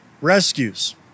Rescues